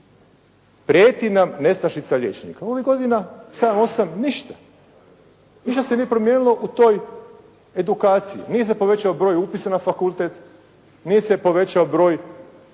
prijeti nam nestašica liječnika. Ovih godina 7, 8 ništa. Ništa se nije promijenilo u toj edukaciji. Nije se povećao broj upisa na fakultet, nije se povećao broj